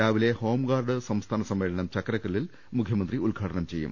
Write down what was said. രാവിലെ home guard സംസ്ഥാന സമ്മേളനം ചക്കരക്കല്ലിൽ മുഖ്യമന്ത്രി ഉദ്ഘാടനം ചെയ്യും